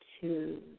two